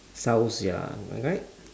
south ya am I right